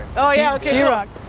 oh yeah, okay d rock.